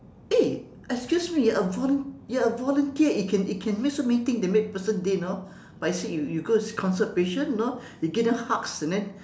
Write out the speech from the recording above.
eh excuse me you are volun~ you are a volunteer it can it can make so many things that make a person day you know like you said you you go go consult a patient you know you give them hugs and then